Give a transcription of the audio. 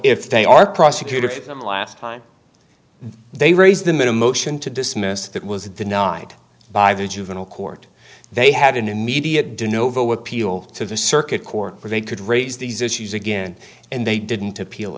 if they are prosecuted for them last time they raised the minimum ocean to dismiss that was denied by the juvenile court they had an immediate do novo appeal to the circuit court where they could raise these issues again and they didn't appeal